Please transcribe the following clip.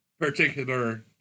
particular